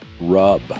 Rub